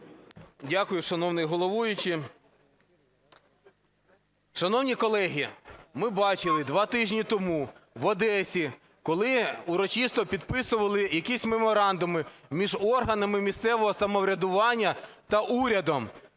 Дякую, шановний головуючий. Шановні колеги, ми бачили два тижні тому в Одесі, коли урочисто підписували якісь меморандуми між органами місцевого самоврядування та урядом,